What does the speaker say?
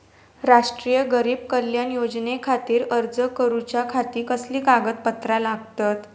राष्ट्रीय गरीब कल्याण योजनेखातीर अर्ज करूच्या खाती कसली कागदपत्रा लागतत?